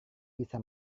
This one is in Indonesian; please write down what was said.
bisa